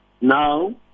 now